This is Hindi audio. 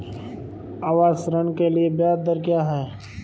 आवास ऋण के लिए ब्याज दर क्या हैं?